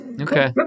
Okay